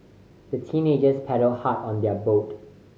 the teenagers paddled hard on their boat